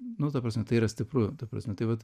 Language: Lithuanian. nu ta prasme tai yra stipru ta prasme tai vat